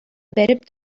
бәреп